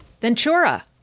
Ventura